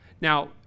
Now